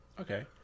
Okay